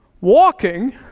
Walking